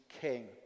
king